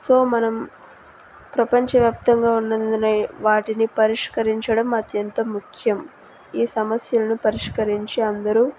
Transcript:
so మనం ప్రపంచ వ్యాప్తంగా ఉన్నందున వాటిని పరిష్కరించడం అత్యంత ముఖ్యం ఈ సమస్యలను పరిష్కరించి అందరూ